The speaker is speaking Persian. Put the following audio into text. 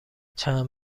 چند